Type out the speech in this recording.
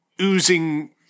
oozing